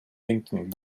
linken